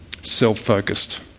Self-focused